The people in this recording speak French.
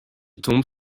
tombe